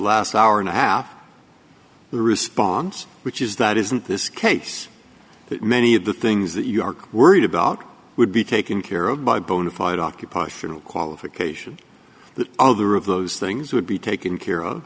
last hour and a half the response which is that isn't this case that many of the things that you are worried about would be taken care of by bona fide occupiers through qualification that other of those things would be taken care of